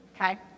Okay